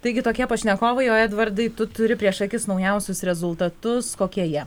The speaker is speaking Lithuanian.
taigi tokie pašnekovai o edvardai tu turi prieš akis naujausius rezultatus kokie jie